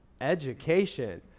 Education